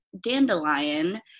dandelion